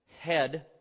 head